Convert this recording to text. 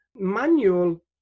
manual